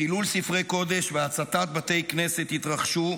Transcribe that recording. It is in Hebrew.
חילול ספרי קודש והצתת בתי כנסת התרחשו,